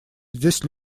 здесь